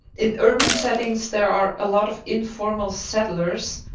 in urban settings, there are a lot of informal settlers,